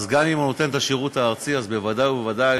אז גם אם הוא נותן שירות, אז בוודאי ובוודאי